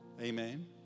Amen